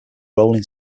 rolling